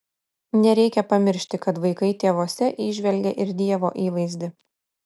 nereikia pamiršti kad vaikai tėvuose įžvelgia ir dievo įvaizdį